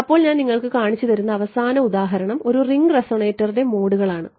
അപ്പോൾ ഞാൻ നിങ്ങൾക്ക് കാണിച്ചുതരുന്ന അവസാന ഉദാഹരണം ഒരു റിംഗ് റെസോണേറ്ററുടെ മോഡുകൾ ആണ്